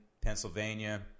Pennsylvania